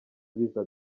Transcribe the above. biza